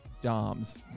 doms